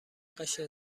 قشر